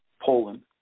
Poland